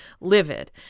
livid